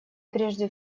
прежде